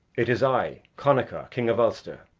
it is i, connachar, king of ulster.